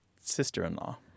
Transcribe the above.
sister-in-law